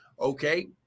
Okay